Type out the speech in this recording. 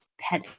pet